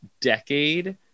decade